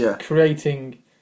creating